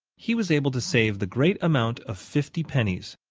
he was able to save the great amount of fifty pennies.